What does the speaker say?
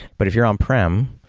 but if you're on-prem,